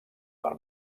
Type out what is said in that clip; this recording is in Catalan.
per